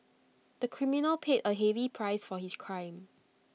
the criminal paid A heavy price for his crime